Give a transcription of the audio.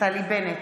נפתלי בנט,